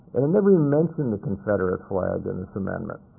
and it never even mentioned the confederate flag in this amendment,